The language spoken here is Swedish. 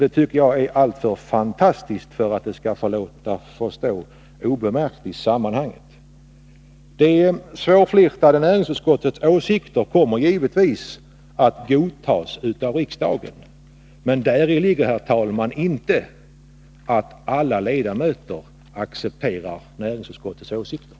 Det tycker jag är alltför fantastiskt för att det skall få stå obemärkt i sammanhanget. Det svårflirtade näringsutskottets åsikter kommer givetvis att godtas av riksdagen, men däri ligger inte, herr talman, att alla ledamöter accepterar näringsutskottets åsikter.